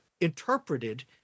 interpreted